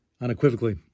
unequivocally